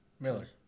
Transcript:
Miller